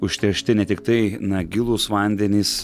užteršti ne tiktai na gilūs vandenys